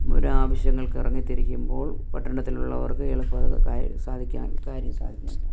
ഒരാവശ്യങ്ങൾക്ക് ഇറങ്ങി തിരിക്കുമ്പോൾ പട്ടണത്തിലുള്ളവർക്ക് എളുപ്പം കുറെ കാര്യം സാധിക്കാൻ കാര്യം സാധിക്കുന്നുണ്ട്